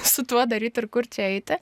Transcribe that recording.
su tuo daryt ir kur čia eiti